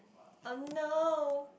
oh no